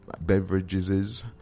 beverages